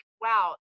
wow